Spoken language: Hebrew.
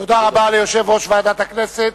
תודה רבה ליושב-ראש ועדת הכנסת,